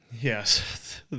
yes